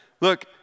look